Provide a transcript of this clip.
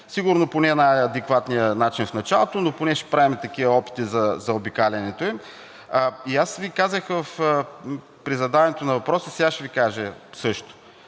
сигурно по не най-адекватния начин в началото, но поне ще правим такива опити за заобикалянето ѝ. Аз Ви казах при задаването на въпроса, сега също ще Ви кажа: от